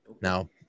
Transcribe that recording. Now